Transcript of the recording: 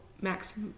Max